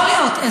יכול להיות,